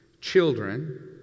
children